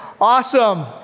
Awesome